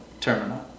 terminal